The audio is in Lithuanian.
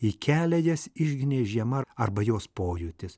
į kelią jas išginė žiema arba jos pojūtis